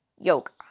Yoga